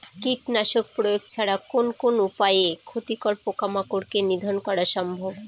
কীটনাশক প্রয়োগ ছাড়া কোন কোন উপায়ে ক্ষতিকর পোকামাকড় কে নিধন করা সম্ভব?